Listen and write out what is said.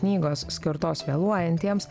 knygos skirtos vėluojantiems